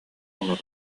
олорор